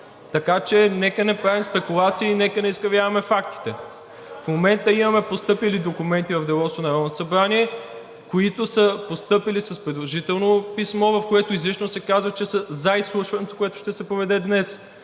Така че нека не правим спекулации, нека не изкривяваме фактите. В момента имаме постъпили документи в Деловодството на Народното събрание, които са постъпили с придружително писмо, в което изрично се казва, че са за изслушването, което ще се проведе днес,